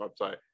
website